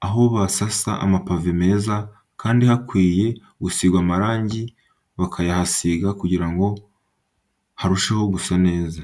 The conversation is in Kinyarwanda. na ho bakahasasa amapave meza, kandi ahakwiye gusigwa amarangi bakayahasiga kugira ngo harusheho gusa neza.